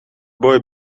boy